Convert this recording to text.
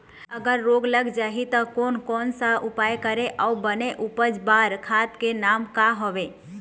अगर रोग लग जाही ता कोन कौन सा उपाय करें अउ बने उपज बार खाद के नाम का हवे?